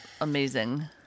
amazing